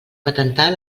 patentar